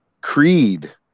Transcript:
Creed